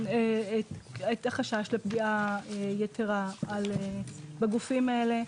את החשש לפגיעה יתרה בגופים האלה,